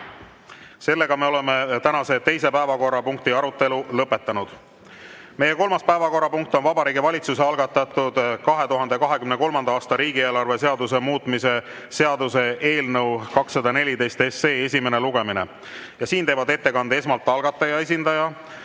töötajale. Oleme tänase teise päevakorrapunkti arutelu lõpetanud. Meie kolmas päevakorrapunkt on Vabariigi Valitsuse algatatud 2023. aasta riigieelarve seaduse muutmise seaduse eelnõu 214 esimene lugemine. Siin teeb ettekande esmalt algataja esindajana